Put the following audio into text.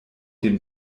dem